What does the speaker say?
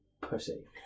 pussy